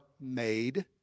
made